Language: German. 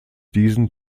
diesen